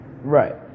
Right